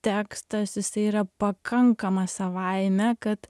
tekstas jisai yra pakankamas savaime kad